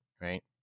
Right